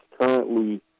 currently